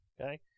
Okay